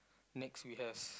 next we has